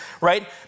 right